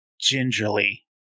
gingerly